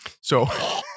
So-